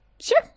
Sure